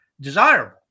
desirable